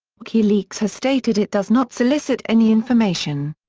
wikileaks has stated it does not solicit any information.